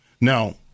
Now